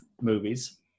movies